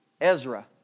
Ezra